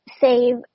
save